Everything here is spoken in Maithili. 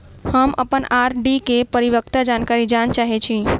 हम अप्पन आर.डी केँ परिपक्वता जानकारी जानऽ चाहै छी